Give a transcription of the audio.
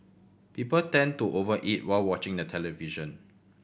people tend to over eat while watching the television